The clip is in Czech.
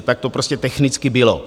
Tak to prostě technicky bylo.